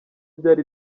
byari